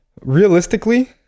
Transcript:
realistically